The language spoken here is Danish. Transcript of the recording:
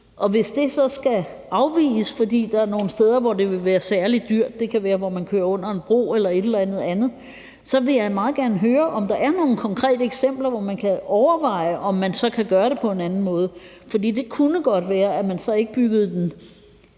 Hvis der så skal afviges fra det, fordi der er nogle steder, hvor det vil være særligt dyrt – hvor man kører under en bro eller et eller andet andet – så vil jeg meget gerne høre, om der er nogen konkrete eksempler, hvor man kan overveje, om man så kan gøre det på en anden måde. For det kunne godt være, at man så ikke byggede den